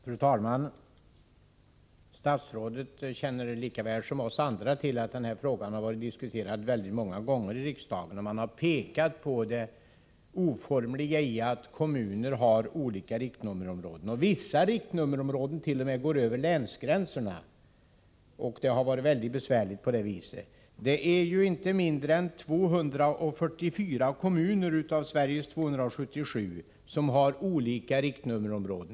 Fru talman! Statsrådet känner lika väl som vi andra till att den här frågan har diskuterats väldigt många gånger här i riksdagen. Man har pekat på det oformliga i att kommuner har olika riktnummerområden. Vissa riktnummerområden sträcker sig t.o.m. över länsgränserna. Det har varit mycket besvärligt på det viset. Inte mindre än 244 av Sveriges 277 kommuner har olika riktnummerområden.